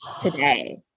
today